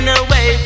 away